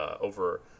over